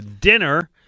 dinner